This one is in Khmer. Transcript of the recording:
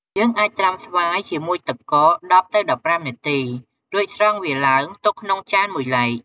យើងអាចត្រាំស្វាយជាមួយទឹកកក ១០ ទៅ១៥នាទី រួចស្រង់វាឡើងទុកក្នុងចានមួយឡែក។